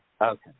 Okay